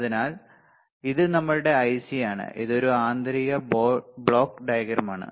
അതിനാൽ ഇത് നമ്മളുടെ ഐസിയാണ് ഇത് ഒരു ആന്തരിക ബ്ലോക്ക് ഡയഗ്രമാണ്